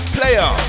Player